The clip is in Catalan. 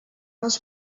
les